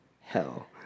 hell